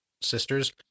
sisters